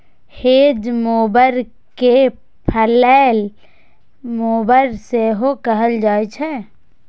hedge mower कें फलैले mower सेहो कहल जाइ छै